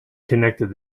connected